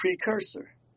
precursor